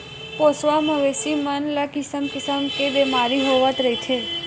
पोसवा मवेशी मन ल किसम किसम के बेमारी होवत रहिथे